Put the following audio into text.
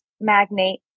magnate